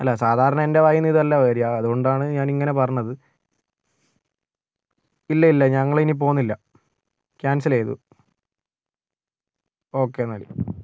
അല്ല സാധാരണ എൻ്റെ വായിൽ നിന്ന് ഇതല്ല വരുക അതുകൊണ്ടാണ് ഞാനിങ്ങനെ പറഞ്ഞത് ഇല്ല ഇല്ല ഞങ്ങളിനി പോകുന്നില്ല ക്യാന്സല് ചെയ്തു ഓക്കേ എന്നാല്